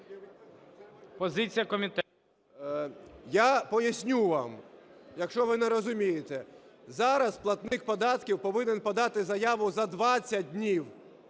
Я поясню вам, якщо ви не розумієте. Зараз платник податків повинен подати заяву за 20 днів